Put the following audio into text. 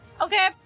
Okay